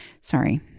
sorry